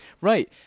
Right